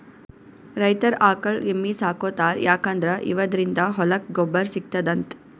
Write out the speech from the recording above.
ರೈತರ್ ಆಕಳ್ ಎಮ್ಮಿ ಸಾಕೋತಾರ್ ಯಾಕಂದ್ರ ಇವದ್ರಿನ್ದ ಹೊಲಕ್ಕ್ ಗೊಬ್ಬರ್ ಸಿಗ್ತದಂತ್